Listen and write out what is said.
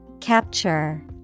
Capture